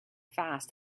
fast